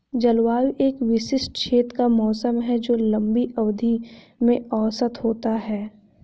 जलवायु एक विशिष्ट क्षेत्र का मौसम है जो लंबी अवधि में औसत होता है